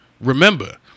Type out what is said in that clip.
remember